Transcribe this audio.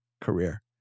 career